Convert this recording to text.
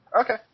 Okay